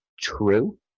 true